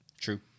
True